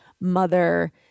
mother